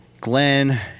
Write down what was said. Glenn